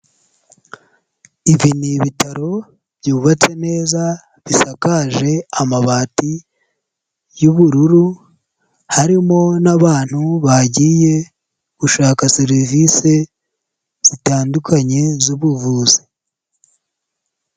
Ibi ni ibitaro byubatse neza bisakaje amabati y'ubururu, harimo n'abantu bagiye gushaka serivise zitandukanye z'ubuvuzi.